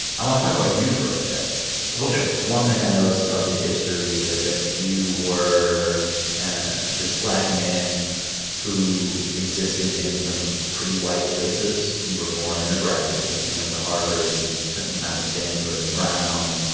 i want to talk about like but you for a bit ok one thing i noticed about your history is that you were and this black man who existed in some pretty white spaces. you were born in nebraska. you went to harvard. you spent some time at stanford and brown.